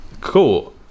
Cool